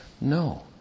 No